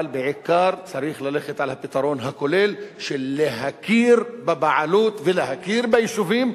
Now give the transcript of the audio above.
אבל בעיקר צריך ללכת על הפתרון הכולל של להכיר בבעלות ולהכיר ביישובים,